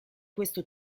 questo